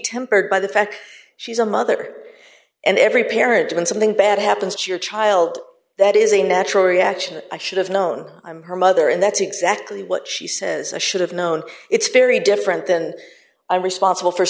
tempered by the fact she's a mother and every parent when something bad happens to your child that is a natural reaction i should have known i'm her mother and that's exactly what she says i should have known it's very different than i am responsible for